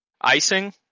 Icing